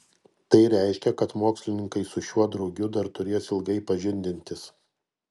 tai reiškia kad mokslininkai su šiuo drugiu dar turės ilgai pažindintis